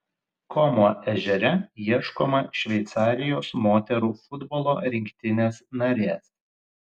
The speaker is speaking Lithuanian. komo ežere ieškoma šveicarijos moterų futbolo rinktinės narės